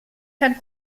kein